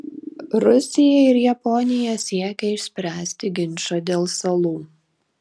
rusija ir japonija siekia išspręsti ginčą dėl salų